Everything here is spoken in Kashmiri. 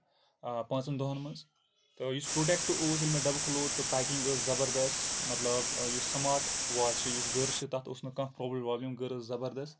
آ پانٛژن دۄہَن منٛز تہٕ یُس پروڈکٹ اوس ییٚلہِ مےٚ ڈَبہٕ کھُلوو تہٕ پیکِنگ ٲسۍ زَبردست مطلب یُس سمارٹ واچ چھِ یُس گٔر چھِ تَتھ اوس نہٕ کانٛہہ پرابلِم وابلم گٔر ٲسۍ زَبردست